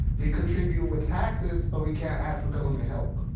we contribute with taxes, but we can't ask for government help.